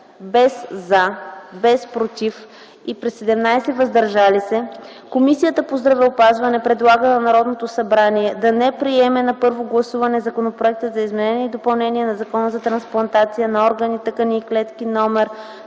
без – „за”, без – „против” и при 17 „въздържали се”, Комисията по здравеопазването предлага на Народното събрание да не приеме на първо гласуване Законопроекта за изменение и допълнение на Закона за трансплантация на органи, тъкани и клетки, №